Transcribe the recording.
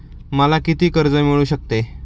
मला किती कर्ज मिळू शकते?